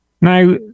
Now